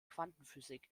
quantenphysik